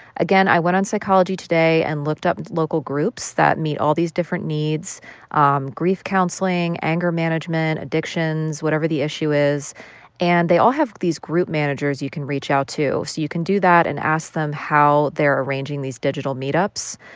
again, i went on psychology today and looked up local groups that meet all these different needs um grief counseling, anger management, addictions, whatever the issue is and they all have these group managers you can reach out to. so you can do that and ask them how they're arranging these digital meetups.